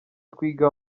twiga